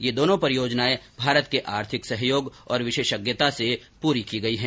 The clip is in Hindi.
ये दोनो परियोजनाएं भारत के आर्थिक सहयोग और विशेषज्ञता से पूरी की गई है